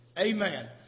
Amen